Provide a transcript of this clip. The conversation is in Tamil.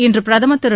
இன்று பிரதமர் திரு